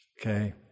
Okay